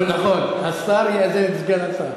נכון, השר יאזן את סגן השר.